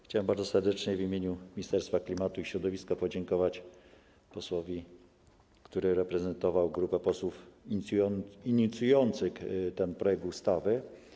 Chciałem bardzo serdecznie w imieniu Ministerstwa Klimatu i Środowiska podziękować posłowi, który reprezentował grupę posłów inicjujących ten projekt ustawy.